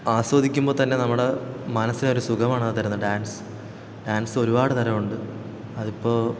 ആസ്വദിക്കുമ്പോള് തന്നെ നമ്മുടെ മനസ്സിനൊരു സുഖമാണത് തരുന്നത് ഡാൻസ് ഡാൻസൊരുപാട് തരമുണ്ട് അതിപ്പോള്